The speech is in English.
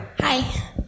Hi